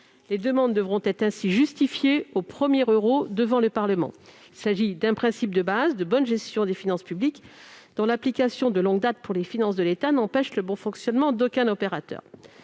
Les demandes devront ainsi être justifiées au premier euro devant le Parlement. Il s'agit d'un principe de base de bonne gestion des finances publiques, dont l'application de longue date pour les finances de l'État n'empêche le bon fonctionnement d'aucun opérateur.